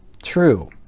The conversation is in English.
true